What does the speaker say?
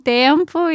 tempo